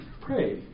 pray